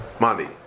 money